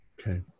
Okay